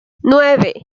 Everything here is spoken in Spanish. nueve